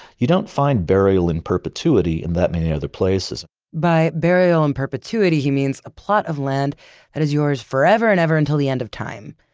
you don't find burial in perpetuity in that many other places by burial in perpetuity, he means a plot of land that is yours forever and ever until the end of time,